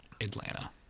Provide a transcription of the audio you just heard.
Atlanta